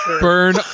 burn